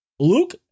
Luke